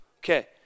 Okay